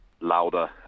louder